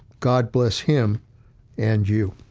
god bless him and you.